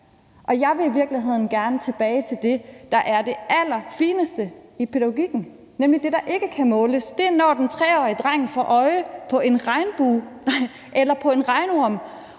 Jeg vil i virkeligheden gerne tilbage til det, der er det allerfineste i pædagogikken, nemlig det, der ikke kan måles. Det er, når den 3-årige dreng får øje på en regnbue eller på en regnorm,